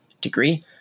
degree